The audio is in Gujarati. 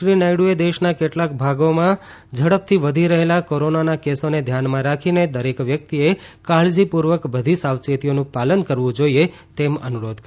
શ્રી નાયડુએ દેશના કેટલાક ભાગોમાં ઝડપથી વધી રહેલા કોરોના કેસોને ધ્યાનમાં રાખીને દરેક વ્યક્તિએ બધી કાળજીપૂર્વક બધી સાવચેતીઓનું પાલન કરવું જોઈએ તેમ અનુરોધ કર્યો